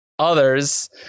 others